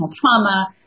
trauma